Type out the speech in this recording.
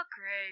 Great